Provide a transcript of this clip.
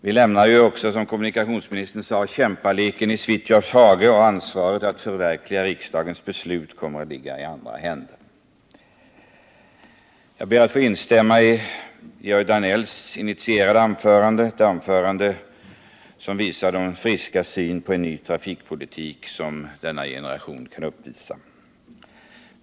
Vi lämnar också, som kommunikationsministern nämnde, kämpaleken i Svitjods hage, och ansvaret för att förverkliga riksdagens beslut kommer att ligga i andra händer. Jag instämmer i Georg Danells initierade anförande — ett anförande som visar den friska syn på en ny trafikpolitik som denna generation kan uppvisa.